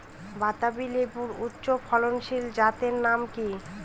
বাতাবি লেবুর উচ্চ ফলনশীল জাতের নাম কি?